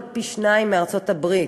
פי-שניים משיעור התמותה בארצות-הברית.